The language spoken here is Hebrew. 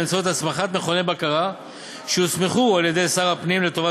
באמצעות הסמכת מכוני בקרה שיוסמכו על-ידי שר הפנים לטובת